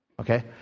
Okay